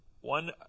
one